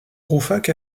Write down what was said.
rouffach